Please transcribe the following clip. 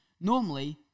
Normally